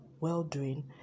well-doing